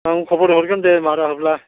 आं खबर हरगोन दे मारा होब्ला